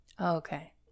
Okay